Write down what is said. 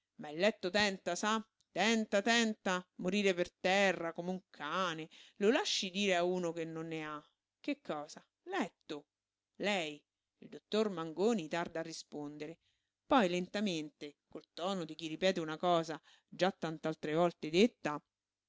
ma il letto tenta sa tenta tenta morire per terra come un cane lo lasci dire a uno che non ne ha che cosa letto lei il dottor mangoni tarda a rispondere poi lentamente col tono di chi ripete una cosa già tant'altre volte detta